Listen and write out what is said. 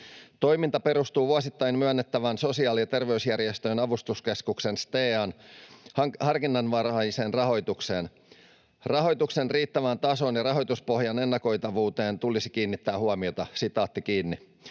Toiminta perustuu vuosittain myönnettävään Sosiaali- ja terveysjärjestöjen avustuskeskuksen STEAn harkinnanvaraiseen rahoitukseen. Rahoituksen riittävään tasoon ja rahoituspohjan ennakoitavuuteen tulisi kiinnittää huomiota.” Arvoisa